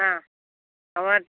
না আমার